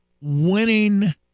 winning